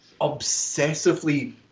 obsessively